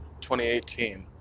2018